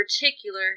particular